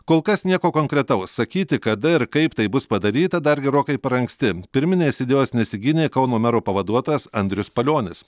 kol kas nieko konkretaus sakyti kada ir kaip tai bus padaryta dar gerokai per anksti pirminės idėjos nesigynė kauno mero pavaduotojas andrius palionis